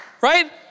right